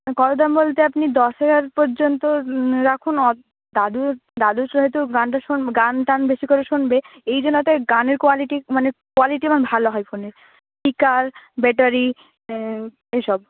কত দাম বলতে আপনি দশ হাজার পর্যন্ত রাখুন দাদুর দাদু গানটা গান টান বেশি করে শুনবে এই জন্য যাতে গানের কোয়ালিটি মানে কোয়ালিটি ভালো হয় ফোনের স্পিকার ব্যাটারি এসব